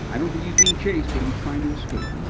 i don't think he was being chased, but he was trying to escape.